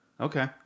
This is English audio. Okay